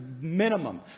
minimum